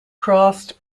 crossed